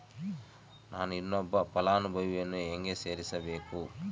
ನಾನು ಇನ್ನೊಬ್ಬ ಫಲಾನುಭವಿಯನ್ನು ಹೆಂಗ ಸೇರಿಸಬೇಕು?